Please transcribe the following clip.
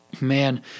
man